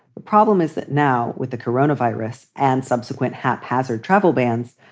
the problem is that now with the corona virus and subsequent haphazard travel bans,